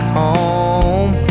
home